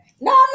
no